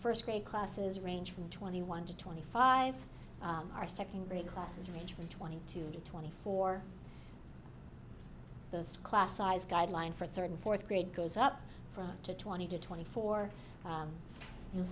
first grade classes range from twenty one to twenty five our second grade classes range from twenty to twenty four those class size guideline for third and fourth grade goes up from to twenty to twenty four